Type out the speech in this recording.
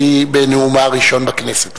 שהיא בנאומה הראשון בכנסת.